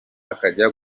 akajya